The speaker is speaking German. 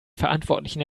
verantwortlichen